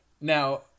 Now